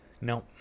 No